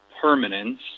permanence